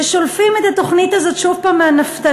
ששולפים את התוכנית הזאת שוב הפעם מהנפטלין,